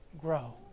grow